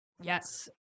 Yes